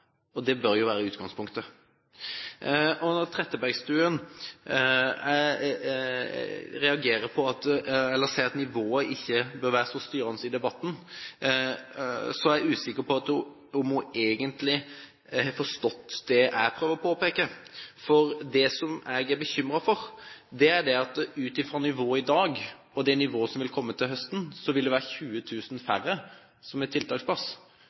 Det bør være utgangspunktet. Representanten Trettebergstuen sier at nivået ikke bør være så styrende i debatten. Da er jeg usikker på om hun egentlig har forstått det jeg prøver å påpeke. For det som jeg er bekymret for, er at ut ifra nivået i dag, og det nivået som vil komme til høsten, vil det være 20 000 færre som har tiltaksplass